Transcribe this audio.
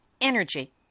energy